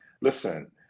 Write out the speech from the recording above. Listen